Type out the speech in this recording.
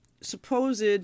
supposed